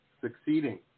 succeeding